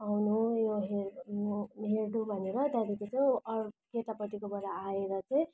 आउनु यो हेर्नु हेर्नु भनेर त्यहाँदेखि चाहिँ अर केटापट्टिकोबाट आएर चाहिँ